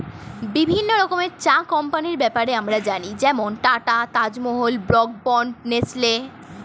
বিভিন্ন রকমের চা কোম্পানির ব্যাপারে আমরা জানি যেমন Tata, Taj Mahal, Brooke Bond, Nestle